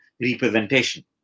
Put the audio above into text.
representation